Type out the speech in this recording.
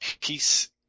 peace